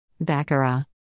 Baccarat